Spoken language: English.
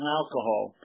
alcohol